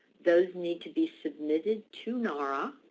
those need to be submitted to nara